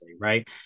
right